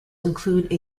include